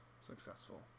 successful